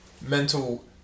mental